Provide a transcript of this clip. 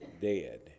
dead